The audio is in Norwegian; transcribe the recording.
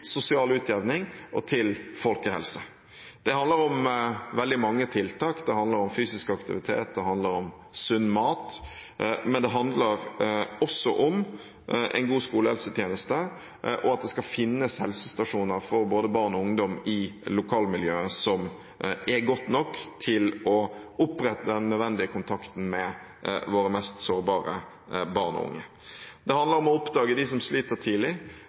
sosial utjevning og folkehelse. Det handler om veldig mange tiltak, bl.a. fysisk aktivitet og sunn mat, men det handler også om en god skolehelsetjeneste og at det skal finnes helsestasjoner for både barn og ungdom i lokalmiljøene som kan opprette den nødvendige kontakten med våre mest sårbare barn og unge. Det handler om å oppdage dem som sliter, tidlig,